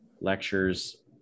lectures